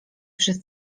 przez